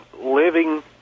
living